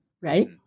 right